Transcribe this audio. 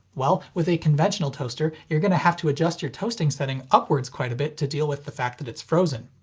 well with a conventional toaster you're gonna have to adjust your toasting setting upwards quite a bit to deal with the fact that it's frozen.